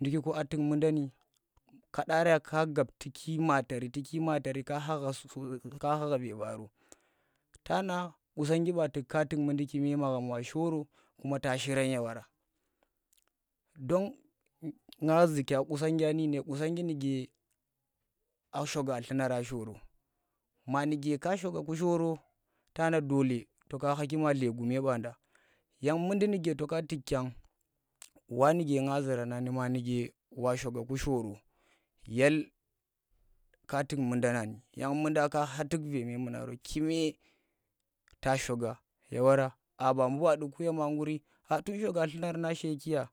Ndukki a tuk mudani kadari ka gab tuki matari tuki matari ka khaha ve varo tana qussangi nba ka tuk mundi kume maghem wa shoro kuma ta shiran ye wara dong nga zukya qusanggi, qusa nggi ni a shoga dluna ra sloro ma nuke ka shoga ku shoro ta na dolle yang mundi nuke to ka tukkya wa nuke nga zurani ma nuke wa shoga ku shoro yel; ka tuk mundani, yan munda ka kha tuk ve memune no kume ta shoga ye wara aa ba bu wa ɗu yema gurri tm shoga dlunar na she kya